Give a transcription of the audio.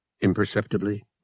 Imperceptibly